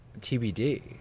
TBD